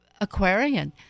Aquarian